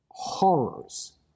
horrors